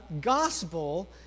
gospel